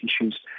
issues